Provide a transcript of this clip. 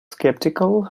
skeptical